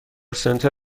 سنتر